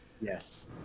Yes